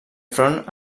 front